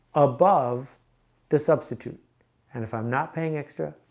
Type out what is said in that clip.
above the substitute and if i'm not paying extra,